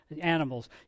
animals